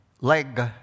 Leg